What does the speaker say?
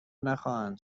نخواهند